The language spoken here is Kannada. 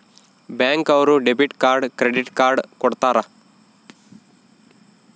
ಬ್ಯಾಂಕ್ ಅವ್ರು ಡೆಬಿಟ್ ಕಾರ್ಡ್ ಕ್ರೆಡಿಟ್ ಕಾರ್ಡ್ ಕೊಡ್ತಾರ